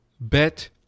Bet